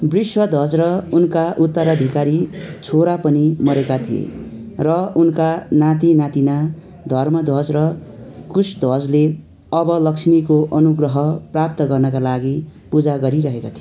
वृषध्वज र उनका उत्तराधिकारी छोरा पनि मरेका थिए र उनका नाति नातिना धर्मध्वज र कुशध्वजले अब लक्ष्मीको अनुग्रह प्राप्त गर्नाका लागि पूजा गरिरहेका थिए